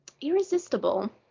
Irresistible